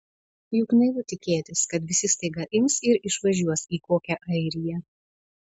juk naivu tikėtis kad visi staiga ims ir išvažiuos į kokią airiją